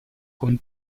con